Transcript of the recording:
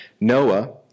Noah